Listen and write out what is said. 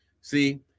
See